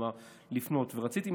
רציתי,